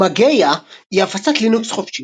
מגאיה היא הפצת לינוקס חופשית,